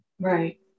Right